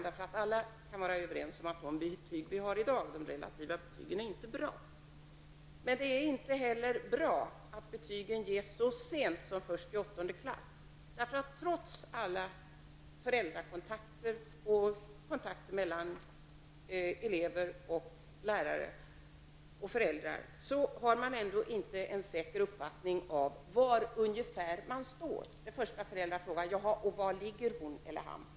Vi kan alla vara överens om att de betyg som vi har i dag, de relativa betygen, inte är bra. Men det är inte heller bra att betygen ges så sent som först i åttonde klass. Trots alla kontakter mellan lärare, elever och föräldrar har man ändå inte en säker uppfattning om ungefär var eleven står. Det första som föräldrar frågar är hur han eller hon ligger till.